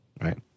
Right